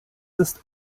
ist